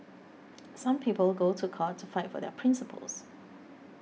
some people go to court to fight for their principles